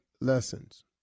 lessons